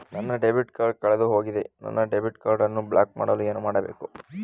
ನನ್ನ debit card ಕಳೆದುಹೋಗಿದೆ ನನ್ನ ಡೆಬಿಟ್ ಕಾರ್ಡ್ ಅನ್ನು ಬ್ಲಾಕ್ ಮಾಡಲು ಏನು ಮಾಡಬೇಕು?